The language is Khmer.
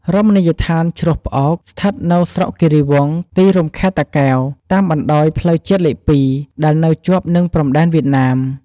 រមណីយដ្ឋានជ្រោះផ្អោក ស្ថិតនៅស្រុកគិរីវង្ស ទីរួមខេត្តតាកែវ តាមបណ្តោយផ្លូវជាតិលេខ២ ដែលនៅជាប់នឹងព្រំដែនវៀតណាម។